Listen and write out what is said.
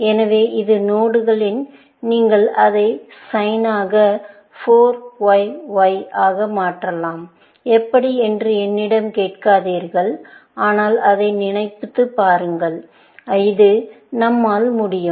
எனவே இது நோடுகள் நீங்கள் அதை சைன் ஆக 4 Y Y ஆக மாற்றலாம் எப்படி என்று என்னிடம் கேட்காதீர்கள் ஆனால் அதை நினைத்துப் பாருங்கள் இது நம்மால் முடியும்